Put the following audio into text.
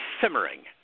simmering